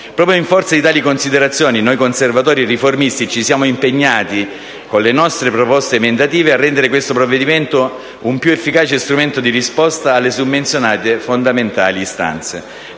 Proprio in forza di tali considerazioni, noi Conservatori e Riformisti ci siamo impegnati, con le nostre proposte emendative, a rendere questo provvedimento un più efficace strumento di risposta alle summenzionate fondamentali istanze.